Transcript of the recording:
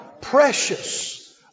precious